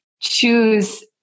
choose